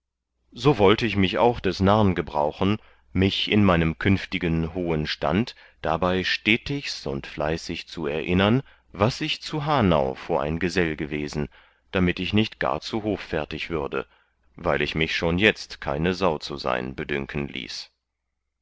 so wollte ich mich auch des narrn gebrauchen mich in meinem künftigen hohen stand dabei stetigs und fleißig zu erinnern was ich zu hanau vor ein gesell gewesen damit ich nicht gar zu hoffärtig würde weil ich mich schon jetzt keine sau zu sein bedünken ließ